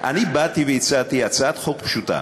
אני באתי והצעתי הצעת חוק פשוטה